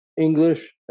English